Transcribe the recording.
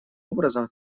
образом